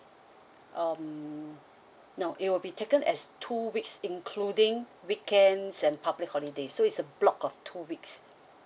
um no it will be taken as two weeks including weekends and public holiday so it's a block of two weeks